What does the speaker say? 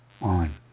on